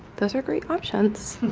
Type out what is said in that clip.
those are great options